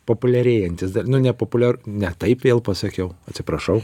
populiarėjantis dar ne ne populiar ne taip vėl pasakiau atsiprašau